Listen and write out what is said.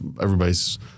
everybody's